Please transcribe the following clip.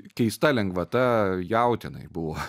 keista lengvata jautienai buvo